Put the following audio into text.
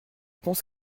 pense